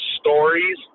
stories